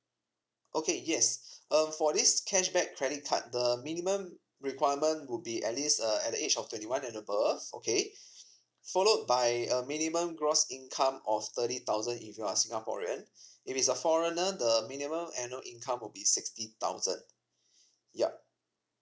okay yes uh for this cashback credit card the minimum requirement would be at least uh at the age of twenty one and above okay followed by a minimum gross income of thirty thousand if you are singaporean if it's a foreigner the minimum annual income will be sixty thousand yup